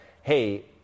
hey